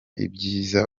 ibyiza